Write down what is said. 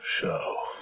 show